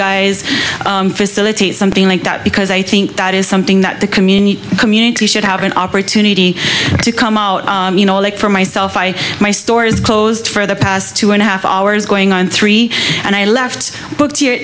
guys facilitate something like that because i think that is something that the community community should have an opportunity to come out you know like for myself i my store is closed for the past two and a half hours going on three and i left